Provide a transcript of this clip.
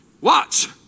Watch